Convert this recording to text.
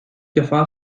defa